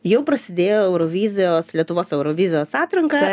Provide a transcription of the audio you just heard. jau prasidėjo eurovizijos lietuvos eurovizijos atranka